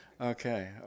Okay